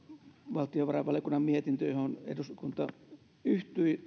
valtiovarainvaliokunnan mietinnössä johon eduskunta yhtyi